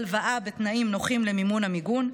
הלוואה בתנאים נוחים למימון המיגון.